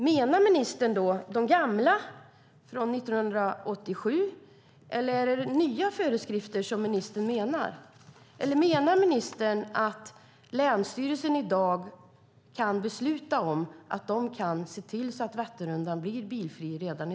Menar ministern de gamla från 1987 eller menar ministern nya föreskrifter? Menar ministern att länsstyrelsen redan i dag kan besluta att Vätternrundan ska vara bilfri?